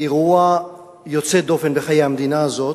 אירוע יוצא דופן בחיי המדינה הזאת,